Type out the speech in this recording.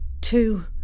two